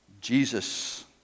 Jesus